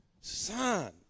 son